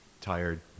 Tired